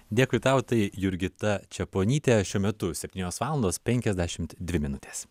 dėkui tau tai jurgita čeponytė šiuo metu septynios valandos penkiasdešimt dvi minutės